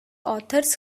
authors